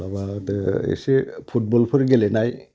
माबा बे एसे फुटबलफोर गेलेनाय